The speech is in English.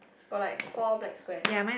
got like four black squares